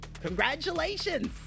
Congratulations